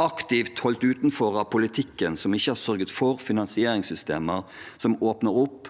og aktivt holdt utenfor av politikken, som ikke har sørget for finansieringssystemer som åpner opp